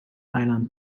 island